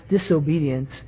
disobedience